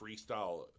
freestyle